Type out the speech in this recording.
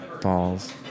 balls